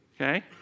Okay